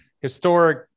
historic